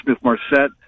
Smith-Marset